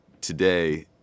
today